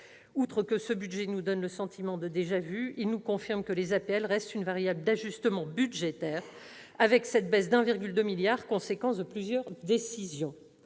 Outre que ce budget nous laisse un sentiment de déjà-vu, il nous confirme que les APL restent une variable d'ajustement budgétaire, avec cette baisse de 1,2 milliard d'euros qui est la conséquence de plusieurs décisions.